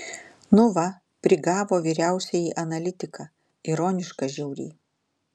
nu va prigavo vyriausiąjį analitiką ironiška žiauriai